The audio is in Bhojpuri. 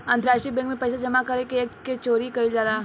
अंतरराष्ट्रीय बैंक में पइसा जामा क के कर के चोरी कईल जाला